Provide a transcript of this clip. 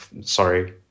sorry